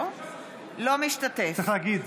צריך להגיד.